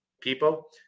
people